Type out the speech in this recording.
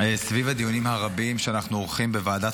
סביב הדיונים הרבים שאנחנו עורכים בוועדת